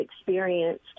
experienced